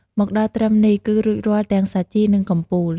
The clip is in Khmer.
មកដល់ត្រឹមនេះ គឺរួចរាល់ទាំងសាជី និងកំពូល។